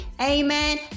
Amen